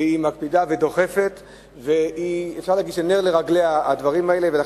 והיא מקפידה ודוחפת ואפשר להגיד שהדברים האלה הם נר לרגליה,